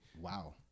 Wow